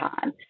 time